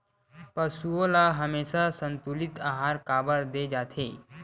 पशुओं ल हमेशा संतुलित आहार काबर दे जाथे?